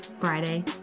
Friday